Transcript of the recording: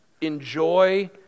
enjoy